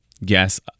yes